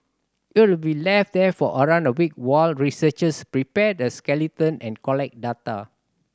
it will be left there for around a week while researchers prepare the skeleton and collect data